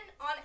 on